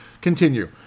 Continue